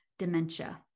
Dementia